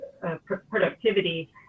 productivity